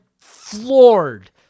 floored